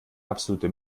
absolute